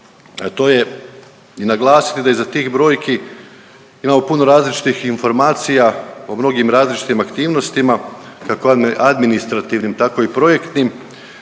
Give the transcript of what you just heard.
to je i naglasiti da iza tih brojki imamo puno različitih informacija o mnogim različitim aktivnostima, kako administrativnim tako i projektnim,